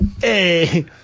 Hey